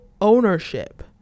ownership